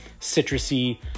citrusy